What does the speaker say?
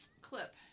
clip